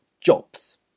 Jobs